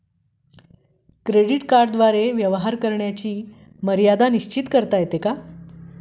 Credit कार्डद्वारे व्यवहार करण्याची मर्यादा निश्चित करता येते का?